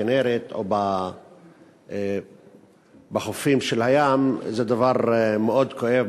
בכינרת או בחופי הים זה דבר מאוד כואב,